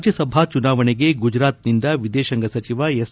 ರಾಜ್ಯಸಭಾ ಚುನಾವಣೆಗೆ ಗುಜರಾತ್ನಿಂದ ವಿದೇಶಾಂಗ ಸಚಿವ ಎಸ್